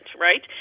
right